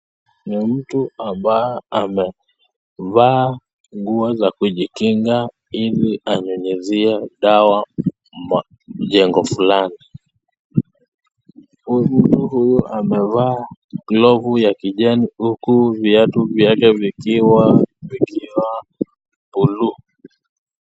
Ni mtu ambao amevaa nguo za kujikinga ili anyunyuzie dawa mjengo fulani. Mtu huyu amevaa glovu ya kijani huki viatu vyake vikiwa blue .